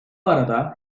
arada